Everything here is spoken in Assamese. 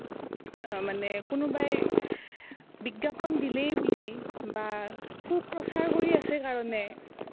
মানে কোনোবাই বিজ্ঞাপন দিলেই বুলি বা সুপ্ৰচাৰ কৰি আছে কাৰণে